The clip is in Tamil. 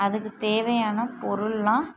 அதுக்கு தேவையான பொருள்லாம்